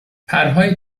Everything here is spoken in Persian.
پرهای